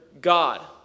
God